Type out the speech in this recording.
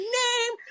name